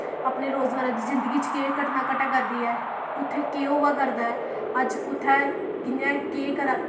अपनी रोजमर्रा दी जिंदगी च केह् घटना घटै करदी ऐ कुत्थै केह् होआ करदा ऐ अज्ज कुत्थै कि'यां केह् करै